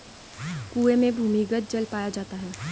कुएं में भूमिगत जल पाया जाता है